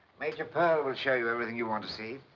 major pearl will show you everything you want to see.